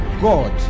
God